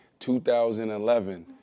2011